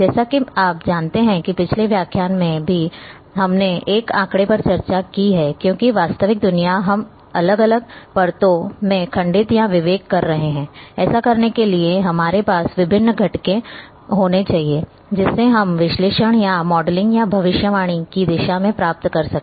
जैसा कि आप जानते हैं कि पिछले व्याख्यान में भी हमने इस आंकड़े पर चर्चा की है क्योंकि वास्तविक दुनिया हम अलग अलग परतों में खंडित या विवेकी कर रहे हैं ऐसा करने के लिए हमारे पास विभिन्न घटक होने चाहिए जिससे हम विश्लेषण या मॉडलिंग या भविष्यवाणी की दिशा में प्राप्त कर सकें